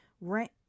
rent